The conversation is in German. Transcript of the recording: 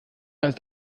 ist